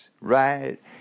right